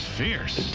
fierce